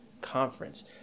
Conference